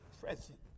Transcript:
present